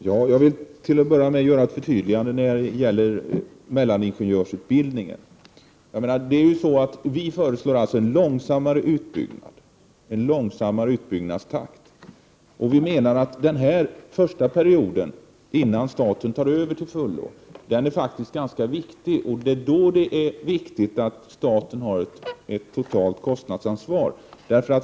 Herr talman! Till att börja med vill jag göra ett förtydligande vad gäller mellaningenjörsutbildningen. Miljöpartiet föreslår en långsammare utbyggnadstakt. Vi menar att den första perioden, innan staten tar över till fullo, faktiskt är ganska viktig. Det är under denna period nödvändigt att staten har ett totalt kostnadsansvar.